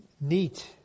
neat